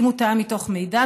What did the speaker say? אם הוא טעה מתוך מידע,